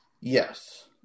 Yes